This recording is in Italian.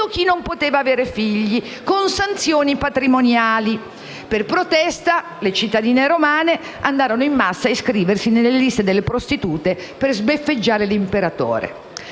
chi non poteva avere figli. Per protesta, le cittadine romane andarono in massa a iscriversi nelle liste delle prostitute, per sbeffeggiare l'imperatore.